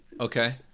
Okay